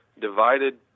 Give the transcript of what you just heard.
divided